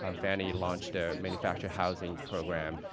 um fannie launched their manufactured housing program.